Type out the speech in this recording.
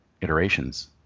iterations